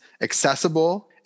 accessible